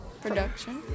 production